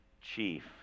chief